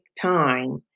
time